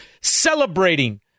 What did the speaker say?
celebrating